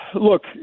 Look